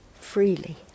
freely